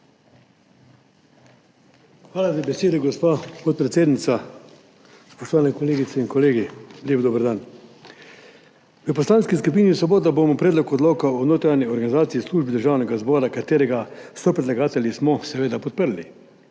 Hvala za besedo, gospa podpredsednica. Spoštovani kolegice in kolegi, lep dober dan! V Poslanski skupini Svoboda bomo Predlog odloka o notranji organizaciji službe Državnega zbora, katerega sopredlagatelji smo, seveda podprli.